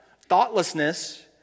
thoughtlessness